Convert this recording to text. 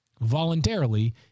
Voluntarily